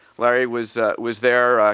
larry was was there.